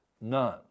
none